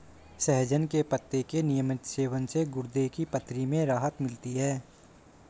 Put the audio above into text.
सहजन के पत्ते के नियमित सेवन से गुर्दे की पथरी में राहत मिलती है